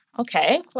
Okay